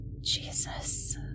Jesus